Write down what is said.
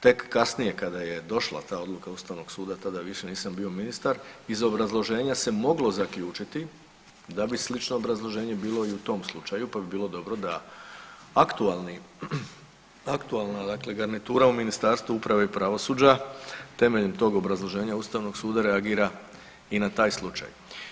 Tek kasnije kada je došla ta odluka Ustavnog suda tada više nisam bio ministar iz obrazloženja se moglo zaključiti da bi slično obrazloženje bilo i u tom slučaju pa bi bilo dobro da aktualna garnitura u Ministarstvu uprave i pravosuđa temeljem tog obrazloženja Ustavnog suda reagira i na taj slučaj.